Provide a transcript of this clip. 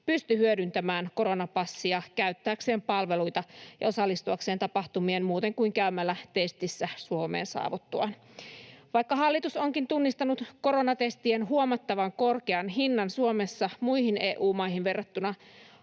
pysty hyödyntämään koronapassia käyttääkseen palveluita ja osallistuakseen tapahtumiin muuten kuin käymällä testissä Suomeen saavuttuaan. Vaikka hallitus onkin tunnistanut koronatestien huomattavan korkean hinnan Suomessa muihin EU-maihin verrattuna,